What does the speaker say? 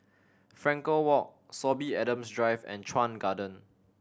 Frankel Walk Sorby Adams Drive and Chuan Garden